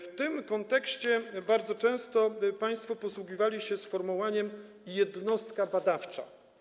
W tym kontekście bardzo często państwo posługiwali się sformułowaniem „jednostka badawcza”